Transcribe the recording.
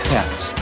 Pets